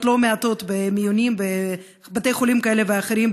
לא מעטות במיונים בבתי חולים כאלה ואחרים,